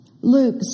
Luke